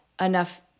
enough